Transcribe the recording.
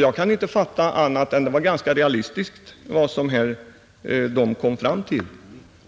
Jag kan inte förstå annat än att det ungdomsrådet kommit fram till är ganska realistiskt,